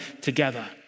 together